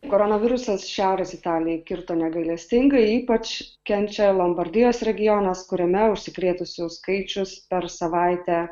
koronavirusas šiaurės italijai kirto negailestingai ypač kenčia lombardijos regionas kuriame užsikrėtusiųjų skaičius per savaitę